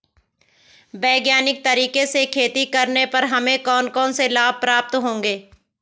वैज्ञानिक तरीके से खेती करने पर हमें कौन कौन से लाभ प्राप्त होंगे?